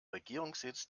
regierungssitz